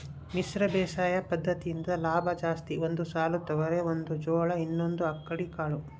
ಮಿಶ್ರ ಬೇಸಾಯ ಪದ್ದತಿಯಿಂದ ಲಾಭ ಜಾಸ್ತಿ ಒಂದು ಸಾಲು ತೊಗರಿ ಒಂದು ಜೋಳ ಇನ್ನೊಂದು ಅಕ್ಕಡಿ ಕಾಳು